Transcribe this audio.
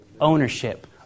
Ownership